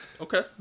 Okay